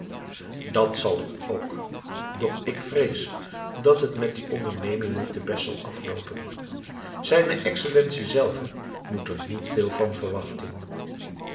dat zal het ook doch ik vrees dat het met die onderneming niet te best zal afloopen zijne excellentie zelve moet er niet veel van verwachten